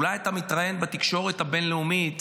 אולי אתה מתראיין בתקשורת הבין-לאומית,